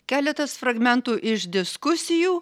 keletas fragmentų iš diskusijų